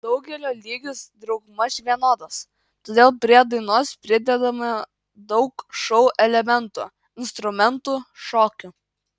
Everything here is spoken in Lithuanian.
daugelio lygis daugmaž vienodas todėl prie dainos pridedama daug šou elementų instrumentų šokių